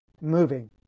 moving